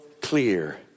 clear